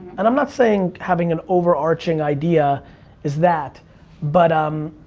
and i'm not saying having an overarching idea is that but um